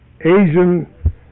Asian